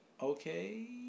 Okay